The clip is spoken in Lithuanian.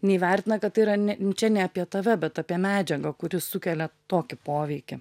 neįvertina kad tai yra ne čia ne apie tave bet apie medžiagą kuri sukelia tokį poveikį